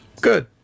good